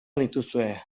dituzue